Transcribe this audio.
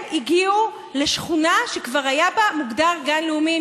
הם הגיעו לשכונה שכבר היה מוגדר בה גן לאומי.